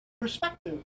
perspective